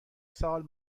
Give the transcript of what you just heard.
سال